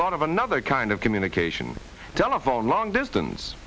thought of another kind of communication telephone long distance